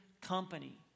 company